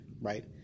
right